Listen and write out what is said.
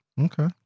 Okay